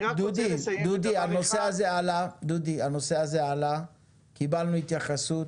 דודי, הנושא הזה עלה, קיבלנו התייחסות,